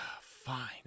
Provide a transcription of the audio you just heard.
fine